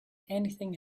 anything